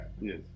Yes